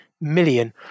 million